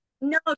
No